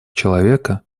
человека